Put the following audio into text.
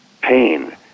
pain